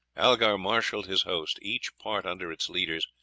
algar marshalled his host, each part under its leaders,